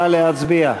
נא להצביע.